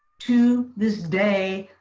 to this day,